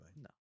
no